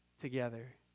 together